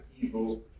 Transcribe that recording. evil